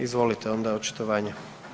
Izvolite onda očitovanje.